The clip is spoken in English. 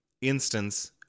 instance